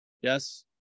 Yes